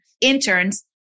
interns